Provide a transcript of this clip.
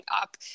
up